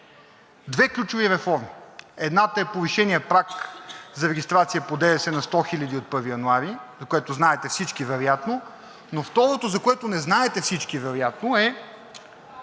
Две ключови реформи. Едната е повишеният праг за регистрация по ДДС на 100 хиляди от 1 януари, за което знаете всички вероятно, но второто, за което не знаете всички вероятно, е,